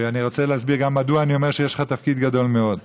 ואני רוצה להסביר גם מדוע אני אומר שיש לך תפקיד גדול מאוד.